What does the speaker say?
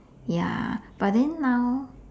ya but then now